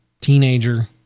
teenager